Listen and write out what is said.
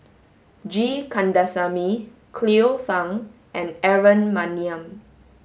G Kandasamy Cleo Thang and Aaron Maniam